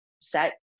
set